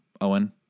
Owen